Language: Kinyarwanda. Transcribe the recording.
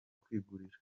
kwigurira